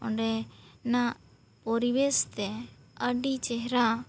ᱚᱸᱰᱮ ᱱᱟᱜ ᱯᱚᱨᱤᱵᱮᱥ ᱛᱮ ᱟᱹᱰᱤ ᱪᱮᱦᱨᱟ